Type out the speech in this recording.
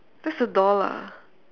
that's a door lah